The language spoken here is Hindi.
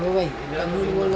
ए भाई जरा बोलो